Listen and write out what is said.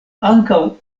ankaŭ